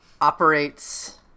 operates